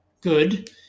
good